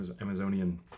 Amazonian